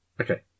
okay